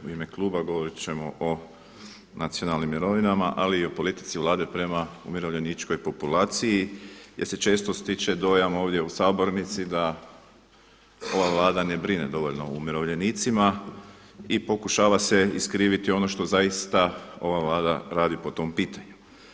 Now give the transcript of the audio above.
U ime kluba govorit ćemo o nacionalnim mirovinama, ali i o politici Vlade prema umirovljeničkoj populaciji jer se često stiče dojam ovdje u sabornici da ova Vlada ne brine dovoljno o umirovljenicima i pokušava se iskriviti ono što zaista ova Vlada radi po tom pitanju.